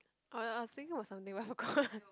oh I was thinking about something but I forgot